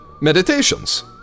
meditations